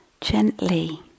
gently